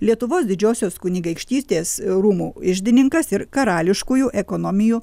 lietuvos didžiosios kunigaikštystės rūmų iždininkas ir karališkųjų ekonomijų